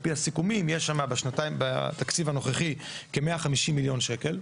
על פי הסיכומים יש שם בתקציב הנוכחי כ-150 מיליון שקלים.